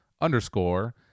underscore